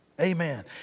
Amen